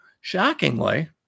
Shockingly